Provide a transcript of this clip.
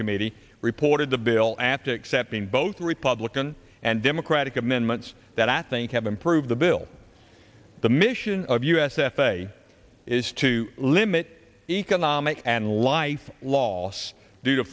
committee reported the bill at accepting both republican and democratic amendments that i think have improved the bill the mission of u s f a a is to limit economic and life loss due to